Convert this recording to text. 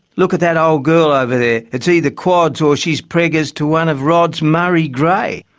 look at that old girl over their it's either quads or she's preggers to one of rod's murray grey.